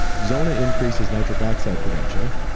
zona increases nitric oxide production.